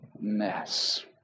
mess